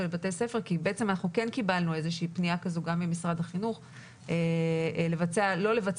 בתי ספר - בעצם כן קיבלנו איזשהו פנייה כזו גם ממשרד החינוך לא לבצע